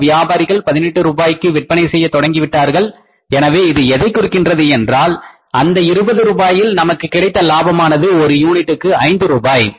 சில விற்பனையாளர்கள் 18 ரூபாய்க்கு விற்பனை செய்ய தொடங்கிவிட்டார்கள் எனவே இது எதைக் குறிக்கிறது என்றால் அந்த இருபது ரூபாயில் நமக்கு கிடைத்த லாபமானது ஒரு யூனிட்டுக்கு ஐந்து ரூபாய்